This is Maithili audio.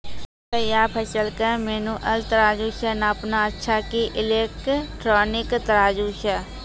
तैयार फसल के मेनुअल तराजु से नापना अच्छा कि इलेक्ट्रॉनिक तराजु से?